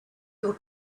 your